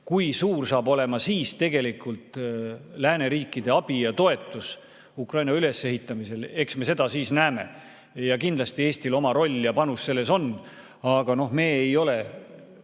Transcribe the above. kui suur saab olema siis lääneriikide abi ja toetus Ukraina ülesehitamisel, eks me seda siis näeme. Kindlasti Eestil oma roll ja panus selles on. Aga me ei ole